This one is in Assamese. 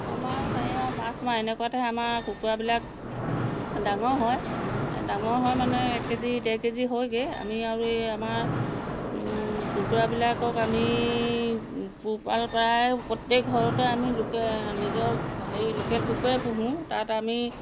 ছমাহ চাৰিমাহ পাঁচমাহ এনেকুৱাতে আমাৰ কুকুৰাবিলাক ডাঙৰ হয় ডাঙৰ হয় মানে এক কে জি ডেৰ কে জি হয়গৈ আমি আৰু এই আমাৰ কুকুৰাবিলাকক আমি পোহপাল প্ৰায় প্ৰত্যেক ঘৰতে আমি লোকে নিজৰ হেৰি লোকেল কুকুৰাই পোহোঁ তাত আমি